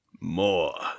More